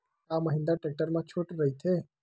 का महिंद्रा टेक्टर मा छुट राइथे?